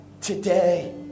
today